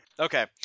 Okay